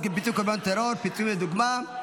לפיצוי קורבנות טרור (פיצויים לדוגמה),